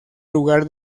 lugar